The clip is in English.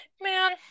man